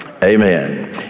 Amen